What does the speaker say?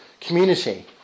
community